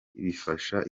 bifasha